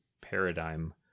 paradigm